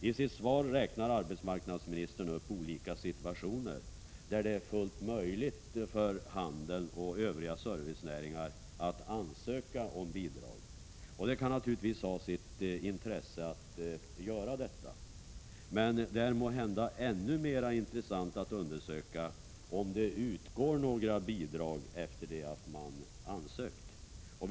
I sitt svar räknar arbetsmarknadsministern upp olika situationer där det är fullt möjligt för handeln och övriga servicenäringar att ansöka om bidrag. Det kan det naturligtvis ha sitt intresse att göra. Men det är måhända ännu mera intressant att undersöka om det utgår några bidrag efter det att man ansökt.